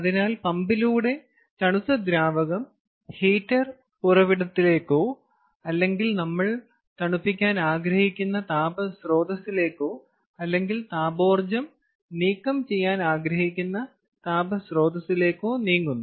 അതിനാൽ പമ്പിലൂടെ തണുത്ത ദ്രാവകം ഹീറ്റർ ഉറവിടത്തിലേക്കോ അല്ലെങ്കിൽ നമ്മൾ തണുപ്പിക്കാൻ ആഗ്രഹിക്കുന്ന താപ സ്രോതസ്സിലേക്കോ അല്ലെങ്കിൽ താപോർജ്ജം നീക്കംചെയ്യാൻ ആഗ്രഹിക്കുന്ന താപ സ്രോതസ്സിലേക്കോ നീങ്ങുന്നു